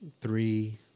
Three